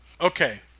Okay